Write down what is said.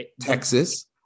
texas